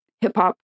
hip-hop